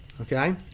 okay